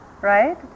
Right